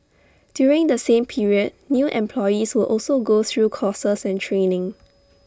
during the same period new employees will also go through courses and training